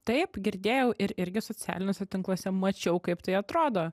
taip girdėjau ir irgi socialiniuose tinkluose mačiau kaip tai atrodo